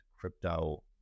crypto